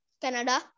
Canada